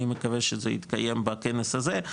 אני מקווה שזה יתקיים בכנס הזה.